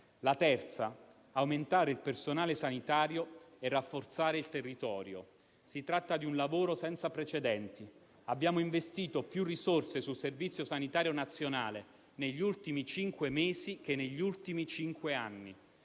all'aumento del personale sanitario e al rafforzamento del territorio. Si tratta di un lavoro senza precedenti: abbiamo investito più risorse sul Servizio sanitario nazionale negli ultimi cinque mesi che negli ultimi cinque anni;